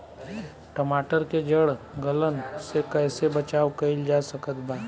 टमाटर के जड़ गलन से कैसे बचाव कइल जा सकत बा?